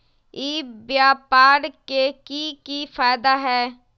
ई व्यापार के की की फायदा है?